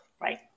Right